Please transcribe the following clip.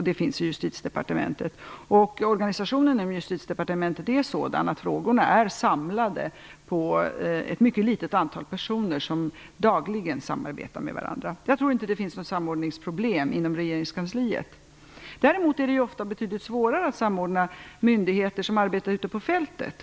Det finns i Justitiedepartementet. Organisationen inom Justitiedepartementet är sådan att frågorna är samlade på ett mycket litet antal personer, som dagligen samarbetar med varandra. Jag tror inte att det finns några samordningsproblem inom regeringskansliet. Däremot är det ofta betydligt svårare att samordna myndigheter som arbetar ute på fältet.